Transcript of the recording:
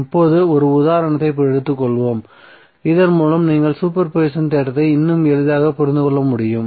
இப்போது ஒரு உதாரணத்தை எடுத்துக்கொள்வோம் இதன் மூலம் நீங்கள் சூப்பர் பொசிஷன் தேற்றத்தை இன்னும் தெளிவாக புரிந்து கொள்ள முடியும்